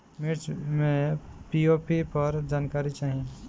मिर्च मे पी.ओ.पी पर जानकारी चाही?